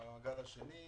במעגל השני,